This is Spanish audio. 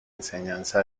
enseñanza